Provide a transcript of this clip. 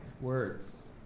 words